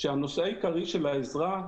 של תעודות המקור.